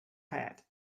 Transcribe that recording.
head